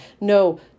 No